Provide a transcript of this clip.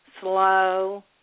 slow